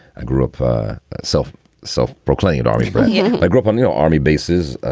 i grew up self self proclaimed army brat. yeah i grew up on you know army bases.